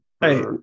Hey